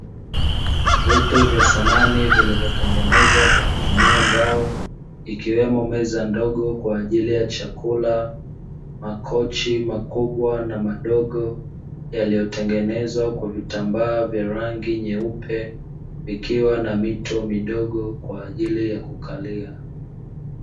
Vitu vya samani, vilivyotengenezwa kwa kutumia mbao, ikiwemo meza ndogo kwa ajili ya chakula, makochi makubwa na madogo yaliyotengenezwa kwa vitambaa vya rangi nyeupe, vikiwa na mito midogo kwa ajili ya kukalia.